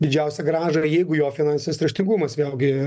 didžiausią grąžą ir jeigu jo finansinis raštingumas vėlgi